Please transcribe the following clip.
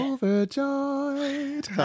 Overjoyed